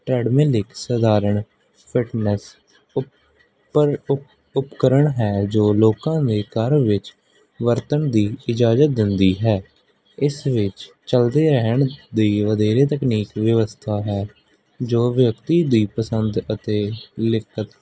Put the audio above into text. treadmill ਇੱਕ ਸਧਾਰਨ fitness ਉੱਪਰ ਉਪ ਉਪਕਰਨ ਹੈ ਜੋ ਲੋਕਾਂ ਦੇ ਘਰ ਵਿੱਚ ਵਰਤਣ ਦੀ ਇਜਾਜ਼ਤ ਦਿੰਦੀ ਹੈ ਇਸ ਵਿੱਚ ਚੱਲਦੇ ਰਹਿਣ ਦੀ ਵਧੇਰੇ ਤਕਨੀਕ ਵਿਵਸਥਾ ਹੈ ਜੋ ਵਿਅਕਤੀ ਦੀ ਪਸੰਦ ਅਤੇ ਲਿਖਕਤ